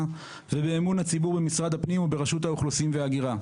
ובאמון הציבור במשרד הפנים וברשות האוכלוסין וההגירה.